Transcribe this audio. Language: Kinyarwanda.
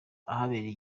ahabereye